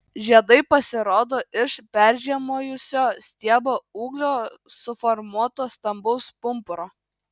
žiedai pasirodo iš peržiemojusio stiebo ūglio suformuoto stambaus pumpuro